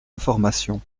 information